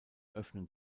öffnen